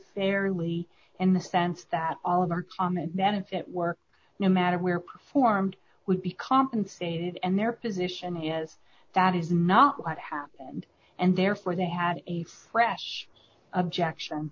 fairly in the sense that all of our common benefit work no matter where performed would be compensated and their position is that is not what happened and therefore they had a press objection